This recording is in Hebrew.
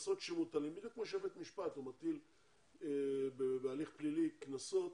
כמו שבית משפט מטיל בהליך פלילי קנסות,